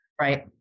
Right